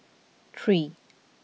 three